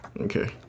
Okay